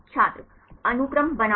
छात्र अनुक्रम बनाम